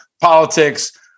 politics